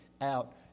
out